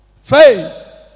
faith